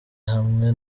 hamwe